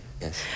yes